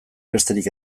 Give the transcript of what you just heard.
besterik